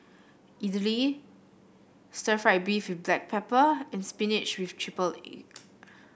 idly Stir Fried Beef with Black Pepper and spinach with triple egg